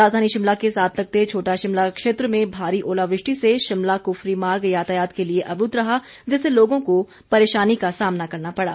राजधानी शिमला के साथ लगते छोटा शिमला क्षेत्र में भारी ओलावृष्टि से शिमला कुफरी मार्ग यातायात के लिए अवरूद्व रहा जिससे लोगों को परेशानी का सामना करना पड़ा